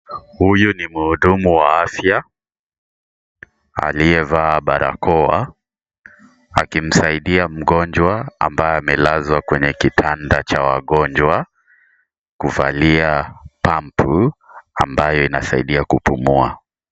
Huyu ni mhudumu wa afya aliyevaa barakoa akimsaidia mgonjwa ambaye amelazwa kwenye kitanda cha wagonjwa kuvalia pampu ambayo inasaidia kupumua.